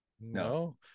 No